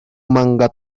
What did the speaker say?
manga